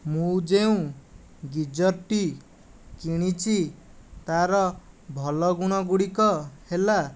ମୁଁ ଯେଉଁ ଗିଜର ଟି କିଣିଛି ତାର ଭଲ ଗୁଣ ଗୁଡ଼ିକ ହେଲା